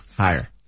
Higher